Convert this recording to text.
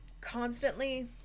constantly